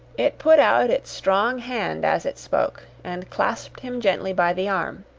it put out its strong hand as it spoke, and clasped him gently by the arm.